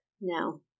No